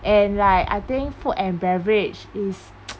and like I think food and beverage is